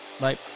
Bye